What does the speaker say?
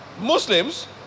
Muslims